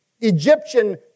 Egyptian